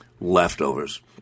leftovers